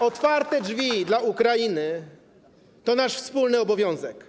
Otwarte drzwi dla Ukrainy to nasz wspólny obowiązek.